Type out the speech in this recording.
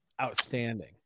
Outstanding